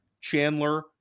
Chandler